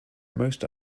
most